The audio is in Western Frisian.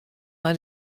nei